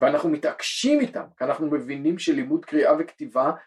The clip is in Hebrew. ‫ואנחנו מתעקשים איתם, ‫אנחנו מבינים שלימוד קריאה וכתיבה...